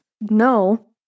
No